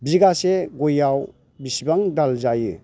बिगासे गयआव बिसिबां दाल जायो